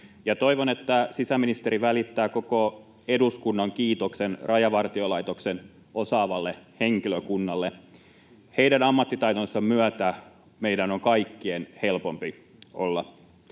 Toivon, että sisäministeri välittää koko eduskunnan kiitoksen Rajavartiolaitoksen osaavalle henkilökunnalle. Heidän ammattitaitonsa myötä meidän on kaikkien helpompi olla.